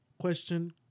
Question